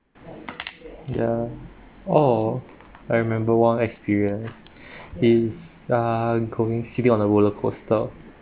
ya oh I remember one experience is uh going sitting on a roller coaster